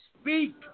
speak